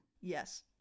Yes